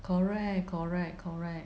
correct correct correct